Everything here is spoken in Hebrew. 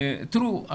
תראו,